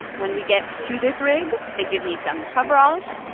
when we get to this rig, they give me some coveralls,